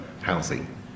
housing